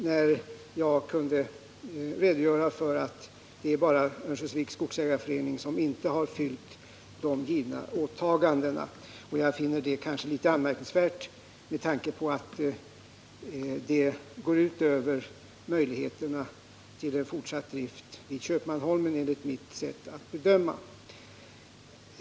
när jag kunde redogöra för att det är bara Örnsköldsviks skogsägareförening som inte uppfyllt de gjorda åtagandena. Jag finner det kanske litet anmärkningsvärt med tanke på att det går ut över möjligheterna till en fortsatt drift vid Köpmanholmen. enligt mitt sätt att bedöma.